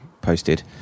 posted